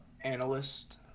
analyst